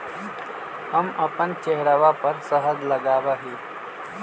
हम अपन चेहरवा पर शहद लगावा ही